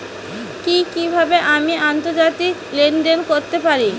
কি কিভাবে আমি আন্তর্জাতিক লেনদেন করতে পারি?